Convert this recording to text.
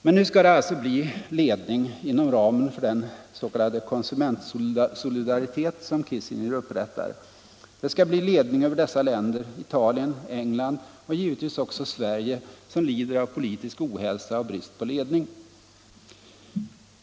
Men nu skall det alltså bli ledning inom ramen för den s.k. konsumentsolidaritet som Kissinger upprättar. Det skall bli ledning över dessa länder, Italien, England, Danmark, Belgien, Japan och givetvis också Sverige, som lider av politisk ohälsa och brist på ledning.